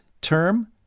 term